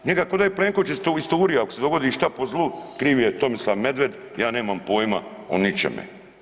Njega ko da je Plenković isturio, ako se dogodi šta po zlu kriv je Tomislav Medved, ja nemam pojma o ničeme.